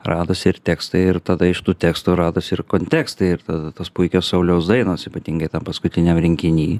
radosi ir tekstai ir tada iš tų tekstų rados ir kontekstai ir tada tos puikios sauliaus dainos ypatingai tam paskutiniam rinkiny